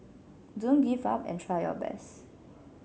don't give up and try your best